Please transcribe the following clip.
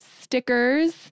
stickers